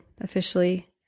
officially